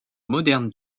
modern